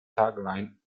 tagline